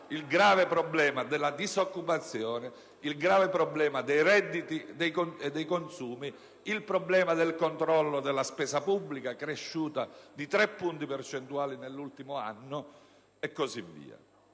i gravi problemi della disoccupazione, dei redditi e dei consumi, del controllo della spesa pubblica, cresciuta di tre punti percentuali nell'ultimo anno, e così via.